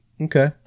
Okay